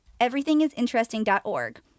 everythingisinteresting.org